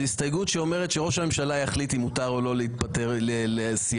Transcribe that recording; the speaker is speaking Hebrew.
זאת הסתייגות שאומרת שראש הממשלה יחליט אם מותר או לא להתפטר לסיעה.